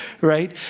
right